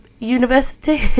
university